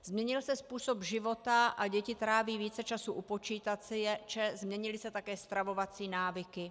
Změnil se způsob života a děti tráví více času u počítače, změnily se také stravovací návyky.